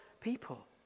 people